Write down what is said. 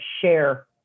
share